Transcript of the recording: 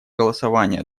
голосования